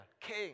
king